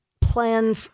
plan